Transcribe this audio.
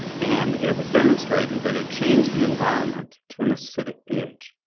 and it was demonstrated that it changed the environment to an acidic ph.